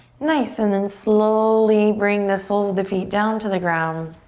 nice, and then slowly bring the soles of the feet down to the ground,